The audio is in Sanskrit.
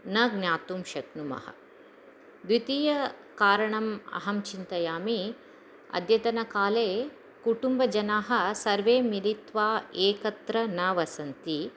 न ज्ञातुं शक्नुमः द्वितीयं कारणम् अहं चिन्तयामि अद्यतनकाले कुटुम्बजनाः सर्वे मिलित्वा एकत्र न वसन्ति